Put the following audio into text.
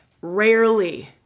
Rarely